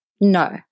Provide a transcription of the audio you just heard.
No